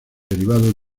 derivado